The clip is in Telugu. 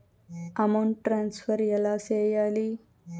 అమౌంట్ ట్రాన్స్ఫర్ ఎలా సేయాలి